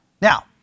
Now